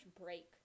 break